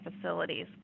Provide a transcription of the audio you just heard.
facilities